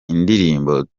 indirimbo